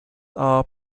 are